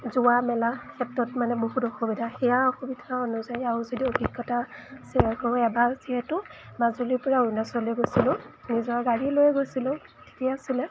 যোৱা মেলা ক্ষেত্ৰত মানে বহুত অসুবিধা সেয়া অসুবিধাৰ অনুযায়ী আৰু যদি অভিজ্ঞতা শ্বেয়াৰ কৰোঁ এবাৰ যিহেতু মাজুলীৰপুৰা অৰুণাচললৈ গৈছিলোঁ নিজৰ গাড়ী লৈ গৈছিলোঁ ঠিকেই আছিলে